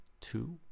Two